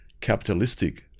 Capitalistic